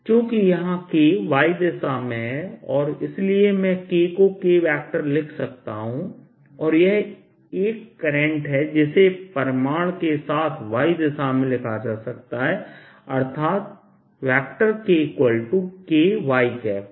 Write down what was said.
और चूँकि यहाँ K y दिशा में है इसलिए मैं K को K वेक्टर लिख सकता हूँ और यह एक करंट है जिसे परिमाण के साथ y दिशा में लिखा जा सकता है अर्थात KK y